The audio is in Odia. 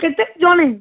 କେତେ ଜଣେ